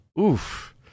Oof